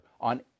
on